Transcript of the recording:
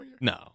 No